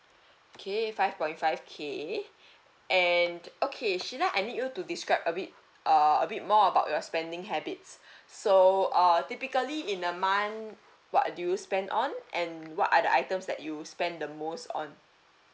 okay five point five K and okay sheila I need you to describe a bit uh a bit more about your spending habits so uh typically in a month what do you spend on and what are the items that you spend the most on